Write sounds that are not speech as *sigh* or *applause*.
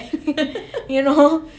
*laughs* you know